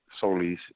Solis